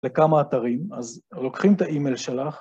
לכמה אתרים, אז לוקחים את האימייל שלך